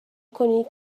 کنید